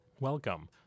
Welcome